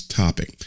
topic